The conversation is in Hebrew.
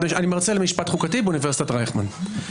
מרצה למשפט חוקתי באונ' רייכמן.